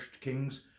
Kings